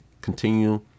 continue